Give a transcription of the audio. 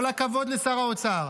כל הכבוד לשר האוצר.